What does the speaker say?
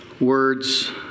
Words